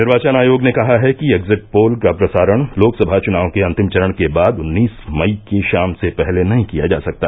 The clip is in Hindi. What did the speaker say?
निर्वाचन आयोग ने कहा है कि एक्जिट पोल का प्रसारण लोकसभा चुनाव के अंतिम चरण के बाद उन्नीस मई की शाम से पहले नहीं किया जा सकता